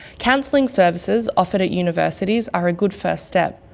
counselling services offered at universities are a good first step,